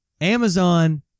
Amazon